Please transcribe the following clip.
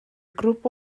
grŵp